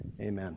Amen